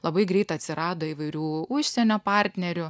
labai greit atsirado įvairių užsienio partnerių